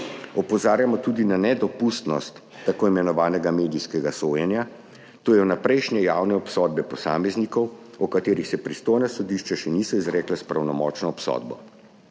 Opozarjamo tudi na nedopustnost tako imenovanega medijskega sojenja, to je vnaprejšnje javne obsodbe posameznikov, o katerih se pristojna sodišča še niso izrekla s pravnomočno obsodbo.